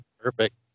perfect